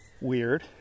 weird